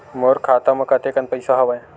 मोर खाता म कतेकन पईसा हवय?